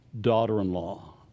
daughter-in-law